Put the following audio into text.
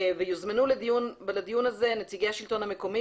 יוזמנו לדיון הזה נציגי השלטון המקומי